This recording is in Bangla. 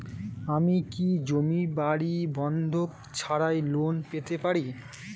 আমি কি জমি বাড়ি বন্ধক ছাড়াই লোন পেতে পারি?